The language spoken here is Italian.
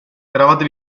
eravate